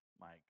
Mike